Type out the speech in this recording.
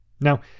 Now